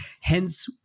Hence